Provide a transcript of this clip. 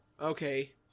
okay